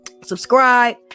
subscribe